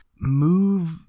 move